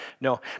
No